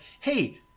Hey